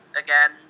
again